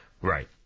Right